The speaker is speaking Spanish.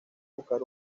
buscar